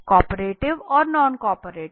comparative और non comparative